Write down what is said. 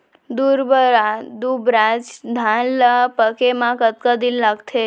दुबराज धान ला पके मा कतका दिन लगथे?